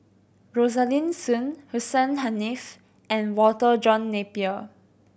Rosaline Soon Hussein Haniff and Walter John Napier